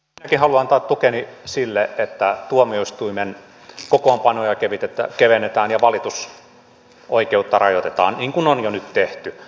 minäkin haluan antaa tukeni sille että tuomioistuimen kokoonpanoja kevennetään ja valitusoikeutta rajoitetaan niin kuin on jo nyt tehty